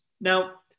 Now